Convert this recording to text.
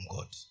God